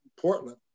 Portland